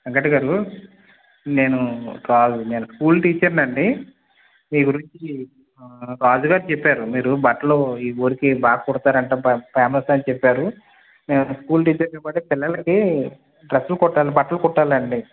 వెంకట్ గారు నేను రా స్కూల్ టీచర్ని అండి మీ గురించి రాజు గారు చెప్పారు మీరు బట్టలు ఈ ఊరికి బాగా కుడతారు అంట బాగా ఫేమస్ అని చెప్పారు స్కూల్ టీచర్ని కూడా పిల్లలకి డ్రెస్సులు కుట్టలి బట్టలు కుట్టాలి అండి